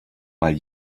mal